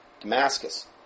Damascus